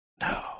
No